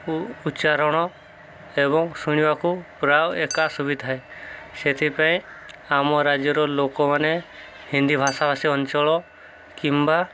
ଉଚ୍ଚାରଣ ଏବଂ ଶୁଣିବାକୁ ପ୍ରୁରା ଏକା ସୁୁବିଥାଏ ସେଥିପାଇଁ ଆମ ରାଜ୍ୟର ଲୋକମାନେ ହିନ୍ଦୀ ଭାଷାଭାଷୀ ଅଞ୍ଚଳ କିମ୍ବା